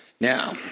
Now